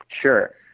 Sure